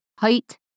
height